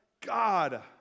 God